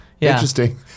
Interesting